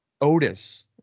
Otis